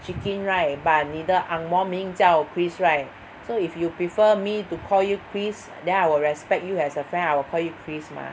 Chee Kin right but 你的 ang moh 名叫 Chris right so if you prefer me to call you Chris then I will respect you as a friend I will call you Chris mah